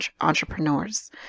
entrepreneurs